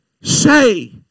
say